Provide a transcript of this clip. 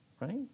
right